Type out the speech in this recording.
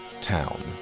town